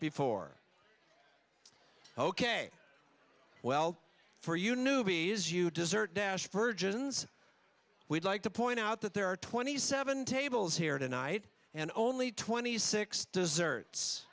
before ok well for you newbies you desert dash virgins we'd like to point out that there are twenty seven tables here tonight and only twenty six desserts